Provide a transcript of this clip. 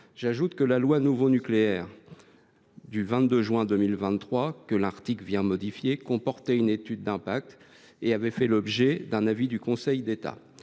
J’ajoute que la loi Nouveau Nucléaire, que l’article vient modifier, comportait une étude d’impact et avait fait l’objet d’un avis du Conseil d’État.